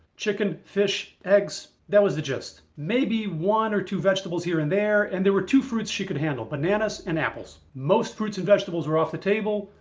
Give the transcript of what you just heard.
chicken, fish, eggs, that was the gist. maybe one or two vegetables here and there and there were two fruits she could handle, bananas and apples. most fruits and vegetables were off the table,